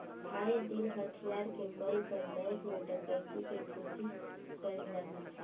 आये दिन हथियार के बल पर बैंक में डकैती के कोशिश कईल जाता